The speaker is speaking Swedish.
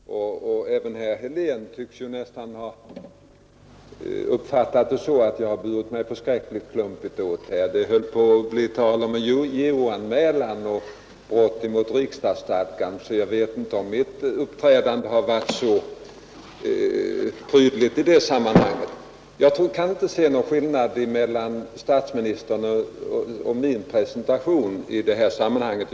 Fru talman! Herr Nilsson i Tvärålund är mycket vänlig. Däremot tycks både herr Fälldin och herr Helén nästan ha uppfattat det så att jag har burit mig förskräckligt klumpigt åt här. Det höll på att bli tal om en JO-anmälan och brott mot riksdagsstadgan, så jag vet inte om mitt uppträdande har varit så prydligt i detta sammanhang. Jag kan inte se någon skillnad mellan statsministerns och min presentation av regionpolitiken.